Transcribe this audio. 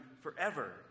forever